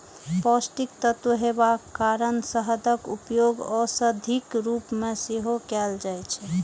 पौष्टिक तत्व हेबाक कारण शहदक उपयोग औषधिक रूप मे सेहो कैल जाइ छै